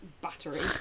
battery